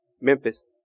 Memphis